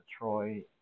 Detroit